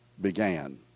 began